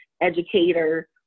educator